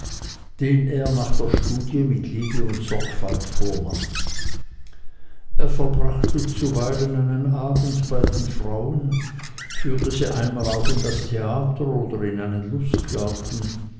den er nach der studie mit liebe und sorgfalt vornahm er verbrachte zuweilen einen abend bei den frauen führte sie auch einmal in das theater oder in einen lustgarten